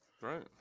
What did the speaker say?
Right